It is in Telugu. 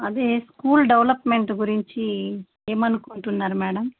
అదే స్కూల్ డెవలప్మెంట్ గురించి ఏమనుకుంటున్నారు మేడం